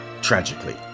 tragically